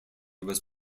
was